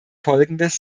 folgendes